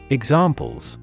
examples